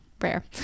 rare